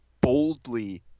boldly